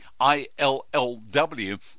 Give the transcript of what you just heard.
ILLW